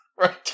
right